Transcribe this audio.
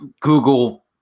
Google